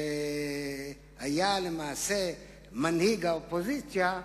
שהיה למעשה מנהיג האופוזיציה,